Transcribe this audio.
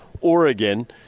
Oregon